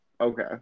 okay